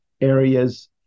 areas